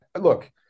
look